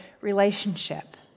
relationship